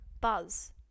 Buzz